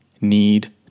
need